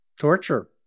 torture